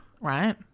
right